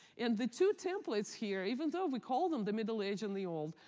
and the two templates here, even though we call them the middle age and the old,